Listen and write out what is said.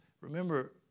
remember